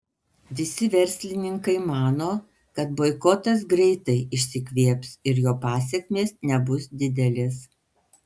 visi verslininkai mano kad boikotas greitai išsikvėps ir jo pasekmės nebus didelės